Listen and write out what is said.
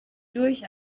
durch